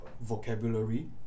vocabulary